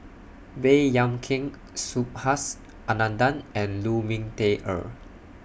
Baey Yam Keng Subhas Anandan and Lu Ming Teh Earl